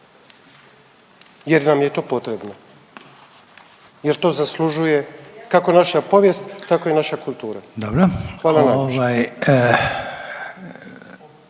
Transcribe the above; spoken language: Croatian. jer nam je to potrebno jer to zaslužuje kako naša povijest tako i naša kultura. **Reiner,